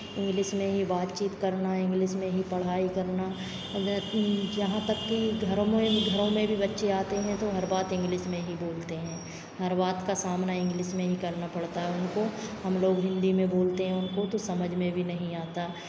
English में ही बातचीत करना इंग्लिश में ही पढ़ाई करना हालांकि जहाँ तक की घरों में ही घरों में भी बच्चे आते हैं तो हर बातें इंग्लिश में ही बोलते हैं हर बात का सामना इंग्लिश में ही करना पड़ता है उनको हमलोग हिन्दी में बोलते हैं उनको तो समझ में भी नहीं आता